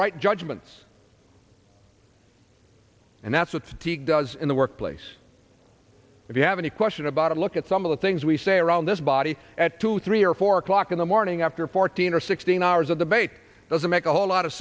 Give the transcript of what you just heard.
right judgments and that's what the teacher does in the workplace if you have any question about it look at some of the things we say around this body at two three or four o'clock in the morning after fourteen or sixteen hours of debate doesn't make a whole lot of